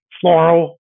floral